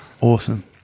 awesome